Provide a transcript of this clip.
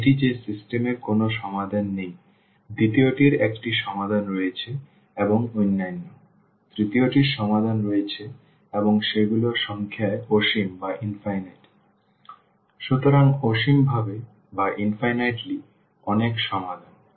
একটি যে সিস্টেম এর কোনো সমাধান নেই দ্বিতীয়টির একটি সমাধান রয়েছে এবং এটি অনন্য তৃতীয়টির সমাধান রয়েছে এবং সেগুলো সংখ্যায় অসীম সুতরাং অসীম ভাবে অনেক সমাধান